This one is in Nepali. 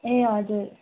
ए हजुर